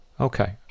Okay